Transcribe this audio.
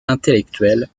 intellectuelle